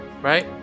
right